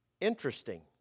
interesting